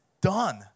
done